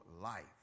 life